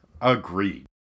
Agreed